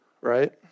right